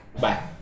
Bye